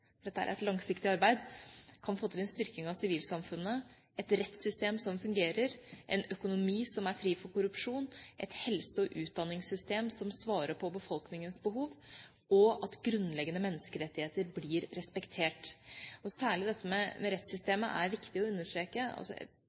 er et langsiktig arbeid – kan få til en styrking av sivilsamfunnet, et rettssystem som fungerer, en økonomi som er fri for korrupsjon, et helse- og utdanningssystem som svarer på befolkningens behov, og at grunnleggende menneskerettigheter blir respektert. Særlig dette med rettssystemet er viktig å understreke.